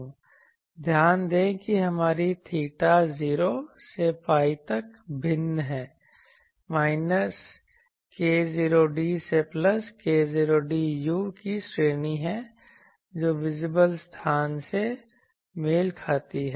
ध्यान दें कि हमारी थीटा 0 से pi तक भिन्न है माइनस k0d से प्लस k0d u की श्रेणी है जो विजिबल स्थान से मेल खाती है